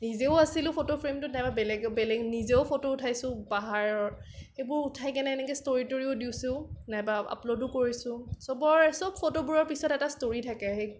নিজেও আছিলো ফটো ফ্ৰেমটোত নাইবা বেলেগ বেলেগ নিজেও ফটো উঠাইছো পাহাৰৰ এইবোৰ উঠাইকেনে এনেকে ষ্টৰি টৰিও দিছো নাইবা আপলোডো কৰিছো চবৰ চব ফটোবোৰৰ পিছত এটা ষ্টৰি থাকে